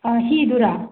ꯍꯤꯗꯨꯔꯥ